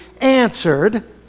answered